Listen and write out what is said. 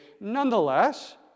nonetheless